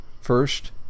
First